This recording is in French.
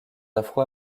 afro